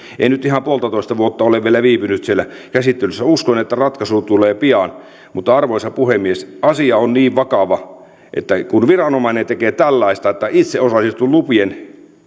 ei nyt ihan puoltatoista vuotta vielä viipynyt siellä käsittelyssä uskon että ratkaisu tulee pian arvoisa puhemies asia on vakava kun viranomainen tekee tällaista että itse osallistuu lupien